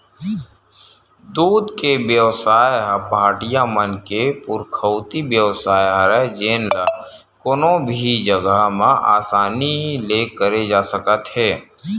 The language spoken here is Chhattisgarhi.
दूद के बेवसाय ह पहाटिया मन के पुरखौती बेवसाय हरय जेन ल कोनो भी जघा म असानी ले करे जा सकत हे